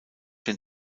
den